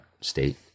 state